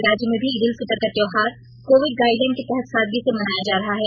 राज्य में भी ईद उल फितर का त्यौहार कोविड गाइडलाइन के तहत सादगी से मनाया जा रहा है